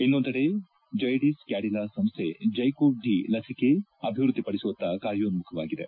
ಇನ್ನೊಂದೆಡೆ ಜೈಡಿಸ್ ಕ್ಯಾಡಿಲಾ ಸಂಸ್ಥೆ ಜೈಕೋವ್ ಡಿ ಲಸಿಕೆ ಅಭಿವೃದ್ದಿ ಪಡಿಸುವತ್ತ ಕಾಯೋನ್ಮುಖವಾಗಿದೆ